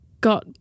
got